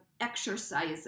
exercises